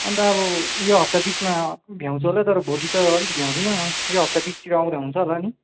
अनि त अब यो हप्ता बिचमा भ्याउँछु होला तर भोलि त अलिक भ्याउँदिनँ यो हप्ता बिचतिर आउँदा हुन्छ होला नि